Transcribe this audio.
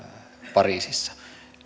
pariisissa